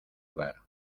hogar